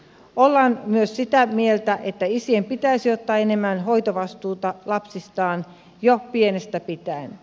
ollaan myös sitä mieltä että isien pitäisi ottaa enemmän hoitovastuuta lapsistaan jo pienestä pitäen